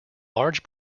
large